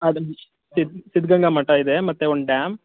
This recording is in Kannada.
ಹಾಂ ಅದೇ ನಿ ಸಿದ್ ಸಿದ್ದಗಂಗಾ ಮಠ ಇದೆ ಮತ್ತು ಒಂದು ಡ್ಯಾಮ್